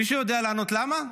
מישהו יודע לענות למה?